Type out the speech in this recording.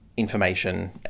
information